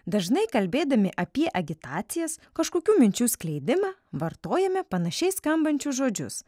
dažnai kalbėdami apie agitacijas kažkokių minčių skleidimą vartojame panašiai skambančius žodžius